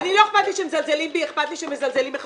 לא אכפת לי שמזלזלים בי,